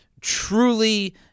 truly